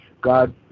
God